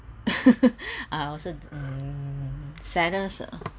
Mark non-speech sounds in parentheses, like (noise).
(laughs) I also hmm saddest